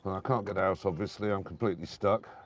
i can't get out, obviously. i'm completely stuck.